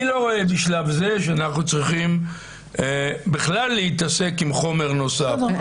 אני לא רואה בשלב זה שאנחנו צריכים בכלל להתעסק עם חומר נוסף.